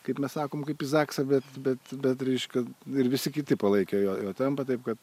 kaip mes sakom kaip į zaksą bet bet bet reiškia ir visi kiti palaikė jo jo tempą taip kad